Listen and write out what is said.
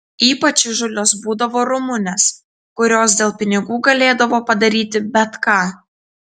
ypač įžūlios būdavo rumunės kurios dėl pinigų galėdavo padaryti bet ką